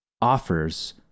offers